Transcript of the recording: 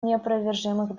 неопровержимых